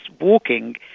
walking